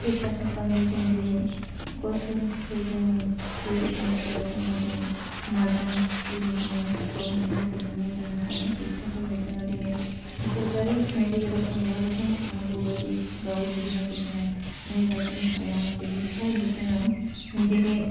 फैसा थाखानि जों दिनै खस्थ'नि थाखाय जोंनि गोरिब नखरा जोङो दिनै मोजां दिनै जोङो गावनि देहाखौ जों नायजानो हाया बिनि थाखायनो जोङो दिनै सोरखारि मेडिकेलाव थांब्लाबो जों नांगौ बायदि गावनि देहाखौ जोङो नायजाबोनो हाया बेनि थाखायनो जोंहा दिनै